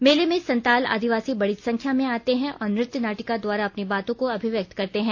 मेले में संताल आदिवासी बड़ी संख्या में आते हैं और नृत्य नाटिका द्वारा अपनी बातों को अभिव्यक्त करते हैं